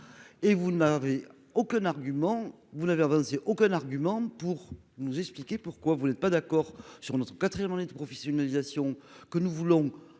Vous n'avez avancé aucun argument pour nous expliquer pourquoi vous n'êtes pas d'accord avec la quatrième année de professionnalisation que nous voulons